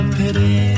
pity